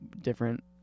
different